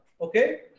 Okay